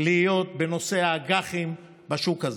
להיות בנושא האג"חים בשוק.